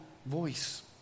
voice